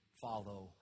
follow